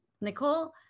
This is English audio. Nicole